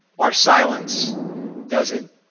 our silence doesn't